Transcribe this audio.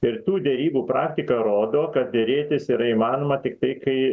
ir tų derybų praktika rodo kad derėtis yra įmanoma tiktai kai